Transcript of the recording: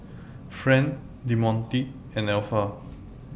Friend Demonte and Alpha